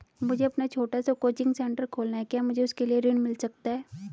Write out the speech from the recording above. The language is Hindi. मुझे अपना छोटा सा कोचिंग सेंटर खोलना है क्या मुझे उसके लिए ऋण मिल सकता है?